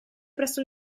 presso